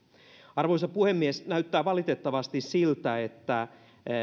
arvoisa puhemies näyttää valitettavasti siltä että